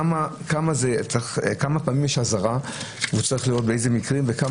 כמה פעמים יש אזהרה, צריך לראות באיזה מקרים, וזה